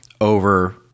over